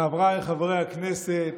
חבריי חברי הכנסת,